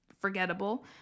forgettable